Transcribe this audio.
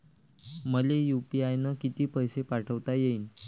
मले यू.पी.आय न किती पैसा पाठवता येईन?